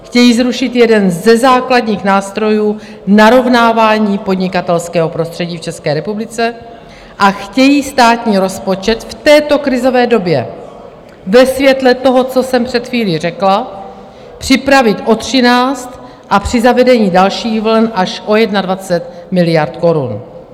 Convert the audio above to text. Chtějí zrušit jeden ze základních nástrojů narovnávání podnikatelského prostředí v České republice a chtějí státní rozpočet v této krizové době ve světle toho, co jsem před chvílí řekla, připravit o 13 a při zavedení dalších vln až o 21 miliard korun.